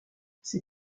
ces